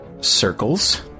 circles